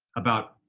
about,